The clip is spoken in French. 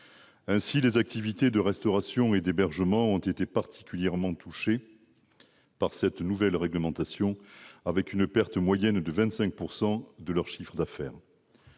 Ainsi, les activités de restauration et d'hébergement ont été particulièrement touchées par cette nouvelle réglementation, avec une perte moyenne de 25 % de leur chiffre d'affaires.